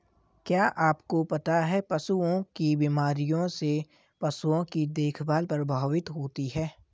क्या आपको पता है पशुओं की बीमारियों से पशुओं की देखभाल प्रभावित होती है?